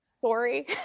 sorry